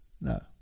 No